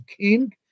king